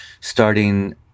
starting